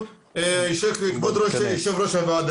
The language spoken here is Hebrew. אם יבואו ויגידו שצריכים יותר כסף לתכנון על חשבון משהו אחר,